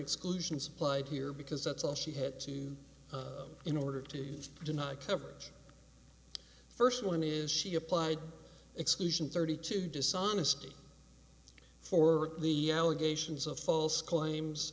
exclusion supplied here because that's all she had to in order to deny coverage first one is she applied exclusion thirty two dishonesty for the allegations of false claims